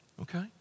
okay